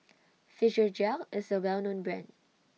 Physiogel IS A Well known Brand